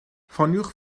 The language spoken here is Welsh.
ffoniwch